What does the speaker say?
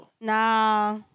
Nah